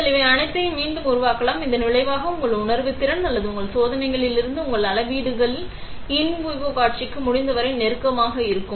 எனவே நீங்கள் இவை அனைத்தையும் மீண்டும் உருவாக்கலாம் இதன் விளைவாக உங்கள் உணர்திறன் அல்லது உங்கள் சோதனைகளிலிருந்து உங்கள் அளவீடுகள் இன் விவோ காட்சிக்கு முடிந்தவரை நெருக்கமாக இருக்கும்